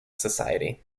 society